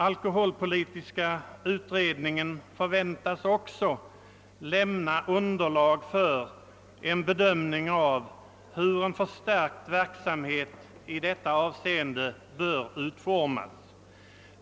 Alkoholpolitiska utredningen väntas också lämna underlag för bedömning av hur en utökad verksamhet i detta avseende bör utformas.